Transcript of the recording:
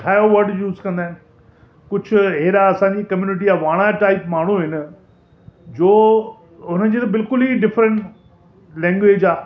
पठायो word use कंदा आहिनि कुझु हेड़ा असांजी कम्यूनिटी जा वाणा टाइप माण्हू आहिनि जो उन्हनि जी त बिल्कुल ई डिफरेंट लैंगवेज आहे